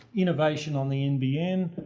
innovation on the nbn.